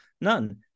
none